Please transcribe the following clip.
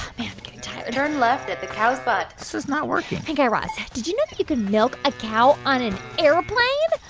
man, i'm getting tired turn left at the cow's butt this is not working hey, guy raz, did you know that you could milk a cow on an airplane?